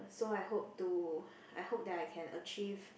so I hope to I hope that I can achieve